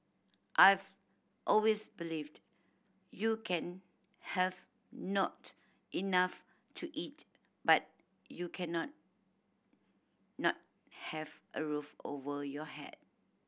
I've always believed you can have not enough to eat but you cannot not not have a roof over your head